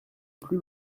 plus